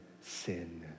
sin